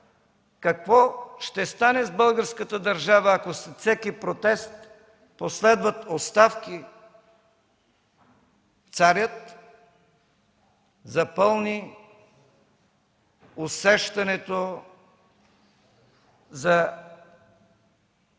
какво ще стане с българската държава, ако след всеки протест последват оставки, царят запълни усещането за